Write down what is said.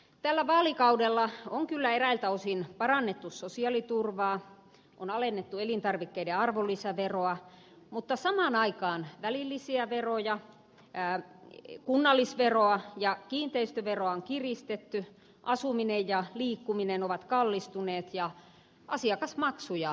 tällä vaalikaudella on kyllä eräiltä osin parannettu sosiaaliturvaa on alennettu elintarvikkeiden arvonlisäveroa mutta samaan aikaan välillisiä veroja kunnallisveroa ja kiinteistöveroa on kiristetty asuminen ja liikkuminen ovat kallistuneet ja asiakasmaksuja on korotettu